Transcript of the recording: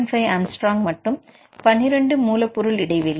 5 A மற்றும் 12 மூலப்பொருள் இடைவெளி